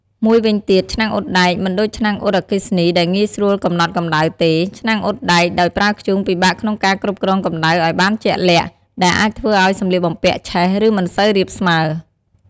មួយវិញទៀត ឆ្នាំងអ៊ុតដែក មិនដូចឆ្នាំងអ៊ុតអគ្គិសនីដែលងាយស្រួលកំណត់កម្ដៅទេ ឆ្នាំងអ៊ុតដែកដោយប្រើធ្យូងពិបាកក្នុងការគ្រប់គ្រងកម្ដៅឱ្យបានជាក់លាក់ ដែលអាចធ្វើឱ្យសម្លៀកបំពាក់ឆេះ ឬមិនសូវរាបស្មើ។